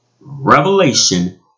revelation